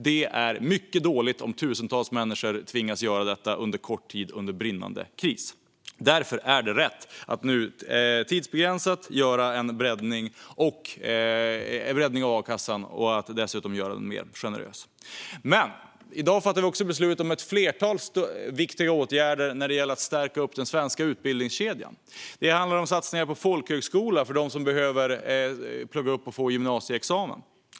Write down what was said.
Det är mycket dåligt om tusentals människor tvingas göra detta under kort tid under brinnande kris. Därför är det rätt att nu tidsbegränsat göra en breddning av a-kassan och dessutom göra den mer generös. I dag fattar vi också beslut om ett flertal viktiga åtgärder när det gäller att stärka upp den svenska utbildningskedjan. Det handlar om satsningar på folkhögskola för dem som behöver plugga upp betyg och få gymnasieexamen.